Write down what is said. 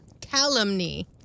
Calumny